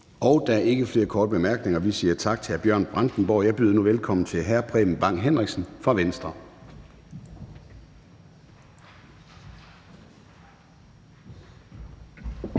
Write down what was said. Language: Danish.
Der er ikke flere korte bemærkninger. Vi siger tak til hr. Bjørn Brandenborg, og jeg byder nu velkommen til hr. Preben Bang Henriksen fra Venstre.